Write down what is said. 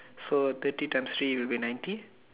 so thirty times three will be ninety